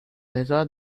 بذار